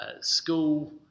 school